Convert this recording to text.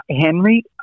Henry